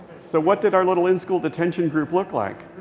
so what did our little in-school detention group look like?